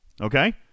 Okay